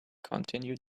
continue